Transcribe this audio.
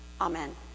Amen